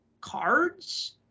cards